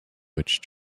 which